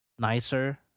nicer